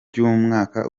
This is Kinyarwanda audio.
ry’umwaka